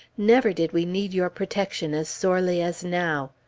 never did we need your protection as sorely as now.